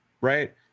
right